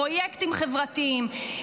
פרויקטים חברתיים,